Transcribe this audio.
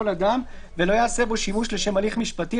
כל אדם ולא ייעשה בו שימוש לשם הליך משפטי,